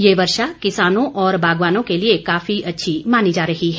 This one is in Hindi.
ये वर्षा किसानों और बागवानों के लिए काफी अच्छी मानी जा रही है